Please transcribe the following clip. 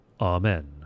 Amen